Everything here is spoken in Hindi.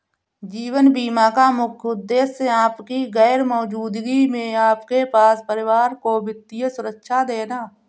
जीवन बीमा का मुख्य उद्देश्य आपकी गैर मौजूदगी में आपके परिवार को वित्तीय सुरक्षा देना